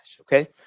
Okay